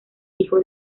hijo